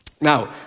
Now